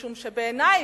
משום שבעיני,